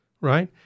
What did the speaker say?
Right